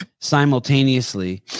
simultaneously